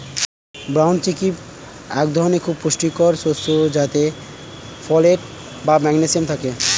brown chickpea একটি খুবই পুষ্টিকর শস্য যাতে ফোলেট ও ম্যাগনেসিয়াম থাকে